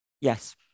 Yes